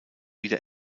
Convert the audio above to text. wieder